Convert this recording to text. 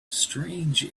strange